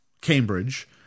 cambridge